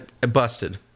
busted